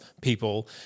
people